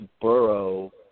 borough